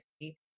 see